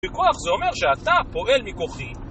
בכוח זה אומר שאתה פועל מקורחי